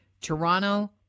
Toronto